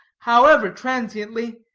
however transiently,